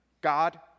God